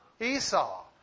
Esau